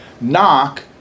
knock